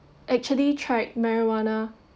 actually tried marijuana